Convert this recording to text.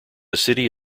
city